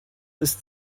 ist